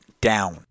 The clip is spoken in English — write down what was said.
down